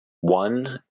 one